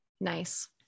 Nice